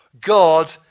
God